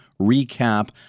recap